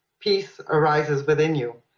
peace arises within you.